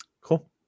Cool